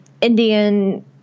indian